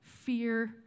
Fear